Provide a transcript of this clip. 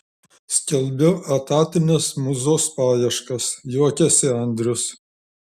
skelbiu etatinės mūzos paieškas juokiasi andrius